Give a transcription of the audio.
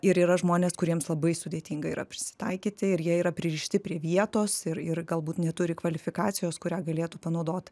ir yra žmonės kuriems labai sudėtinga yra prisitaikyti ir jie yra pririšti prie vietos ir ir galbūt neturi kvalifikacijos kurią galėtų panaudot